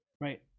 right